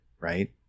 right